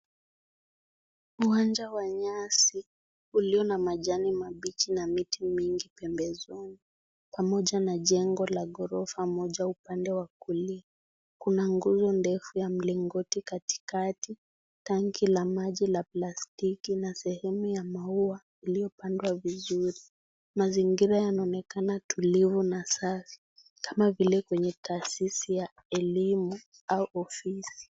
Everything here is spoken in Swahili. Uwanja wa nyasi ulio na majani mabichi na mti mingi pembezoni pamoja na ghorofa moja upande wa kulia. Kuna nguzo ndefu ya mlingoti katikati, tanki la maji ya plastiki na sehemu ya maua iliyopandwa vizuri. Mazingira yanaonekana tulivu na asasi kama vile kwenye taasisi ya elimu au ofisi.